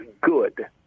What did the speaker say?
good